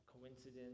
coincidence